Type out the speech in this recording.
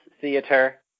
theater